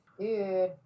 Dude